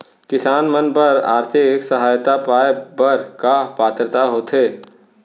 किसान मन बर आर्थिक सहायता पाय बर का पात्रता होथे?